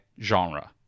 genre